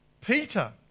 Peter